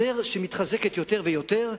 שמתחזקת יותר ויותר,